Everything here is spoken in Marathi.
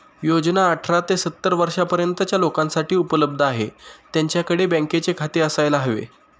योजना अठरा ते सत्तर वर्षा पर्यंतच्या लोकांसाठी उपलब्ध आहे, त्यांच्याकडे बँकेचे खाते असायला हवे